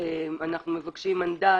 אנחנו מבקשים מנדט,